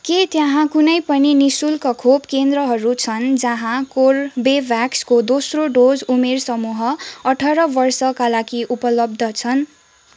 के त्यहाँ कुनै पनि नि शुल्क खोप केन्द्रहरू छन् जहाँ कर्बेभ्याक्सको दोस्रो डोज उमेर समूह अठार वर्षका लागि उपलब्ध छन्